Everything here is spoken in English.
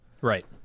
Right